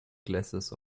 glasses